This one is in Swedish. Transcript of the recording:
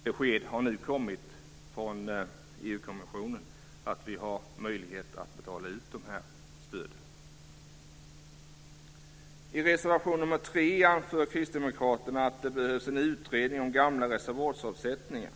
Besked har nu kommit från EU-kommissionen att vi har möjlighet att betala ut dessa stöd. I reservation 3 anför Kristdemokraterna att det behövs en utredning om gamla reservatsavsättningar.